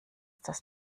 das